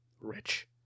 rich